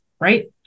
right